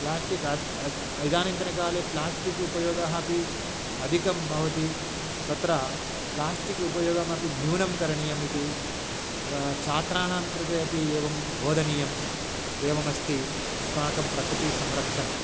plastic अद् अद् इदानीन्तनकाले प्ल्यास्टिक् उपयोगः अपि अधिकं भवति तत्र प्ल्यास्टिक् उपयोगमपि न्यूनं करणीयमिति छात्राणां कृते अपि एवं बोधनीयम् एवमस्ति अस्माकं प्रकृतिसंरक्षणम्